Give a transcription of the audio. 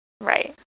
Right